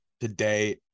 today